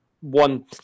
One